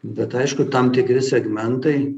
bet aišku tam tikri segmentai